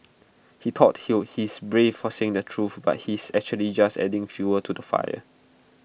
he thought he'll he's brave for saying the truth but he's actually just adding fuel to the fire